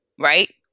Right